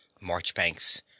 Marchbanks